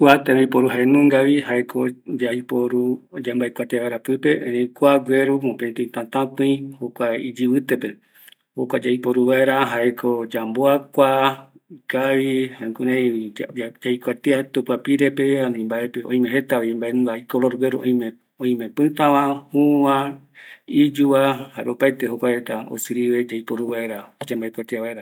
Kua tembiporu jaenungavi, jaeko yaiporu yambaekuatia vaera pɨpe, erei kua gueru mopetɨ tatapɨi jokua iyɨvitepe, yaiporu vaera jaeko yamboakua, jukurai yaikuatia, oimevi jeta iru icolor gueruva, oime pɨtava, juuva, iyuva, jare opaete jokuareta yaiporu vaera